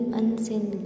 unseen